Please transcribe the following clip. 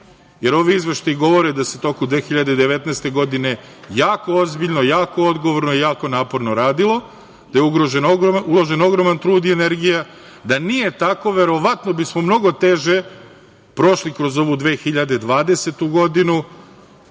jer ovi izveštaji govore da se u toku 2019. godine, jako ozbiljno, jako odgovorno i jako naporno radilo, da je ugrožen ogroman trud i energija, da nije tako, verovatno bismo mnogo teže prošli kroz ovu 2020. godinu,